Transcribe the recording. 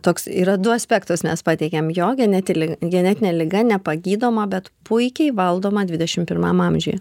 toks yra du aspektus mes pateikiam jo genetinė li genetinė liga nepagydoma bet puikiai valdoma dvidešimt pirmam amžiuje